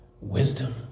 wisdom